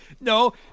No